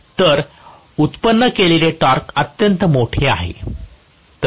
तर उत्पन्न केलेले टॉर्क अत्यंत मोठे आहे